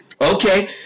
Okay